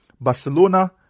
Barcelona